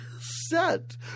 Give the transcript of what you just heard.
set